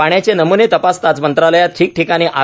पाण्याचे नमुने तपासतानाच मंत्रालयात ठिकठिकाणी आर